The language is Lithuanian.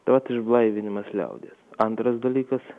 tad išblaivinimas liaudies antras dalykas